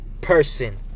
person